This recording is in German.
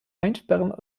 einsperren